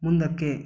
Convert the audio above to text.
ಮುಂದಕ್ಕೆ